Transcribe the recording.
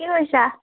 কি কৰিছা